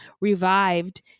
revived